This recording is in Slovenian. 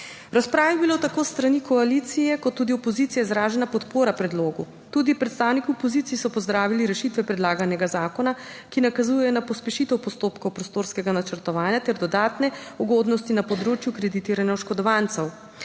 razpravi je bila tako s strani koalicije kot tudi opozicije izražena podpora predlogu. Tudi predstavniki opozicije so pozdravili rešitve predlaganega zakona, ki nakazujejo na pospešitev postopkov prostorskega načrtovanja ter dodatne ugodnosti na področju kreditiranja oškodovancev.